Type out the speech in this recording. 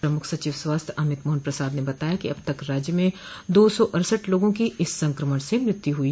प्रमुख सचिव स्वास्थ्य अमित मोहन प्रसाद ने बताया कि अब तक राज्य में दो सौ अड़सठ लोगों की इस संक्रमण से मृत्यु हुई